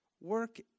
work